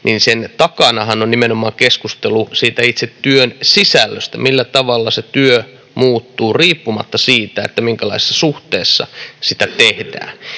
niin sen takanahan on nimenomaan keskustelu itse siitä työn sisällöstä, millä tavalla työ muuttuu riippumatta siitä, minkälaisessa suhteessa sitä tehdään.